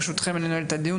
ברשותכם, אני נועל את הדיון.